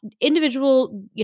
individual